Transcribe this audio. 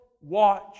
watch